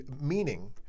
Meaning